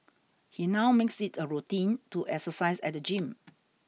he now makes it a routine to exercise at the gym